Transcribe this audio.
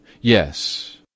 Yes